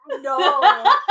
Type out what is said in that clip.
No